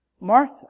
Martha